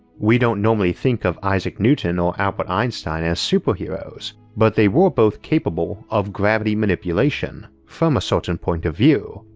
we don't normally think of isaac newton or albert einstein as superheroes, but they were both capable of gravity manipulation, from a certain point of view,